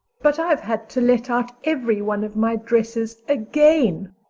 but i've had to let out every one of my dresses again.